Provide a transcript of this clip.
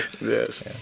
Yes